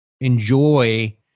enjoy